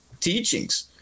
teachings